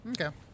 Okay